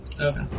okay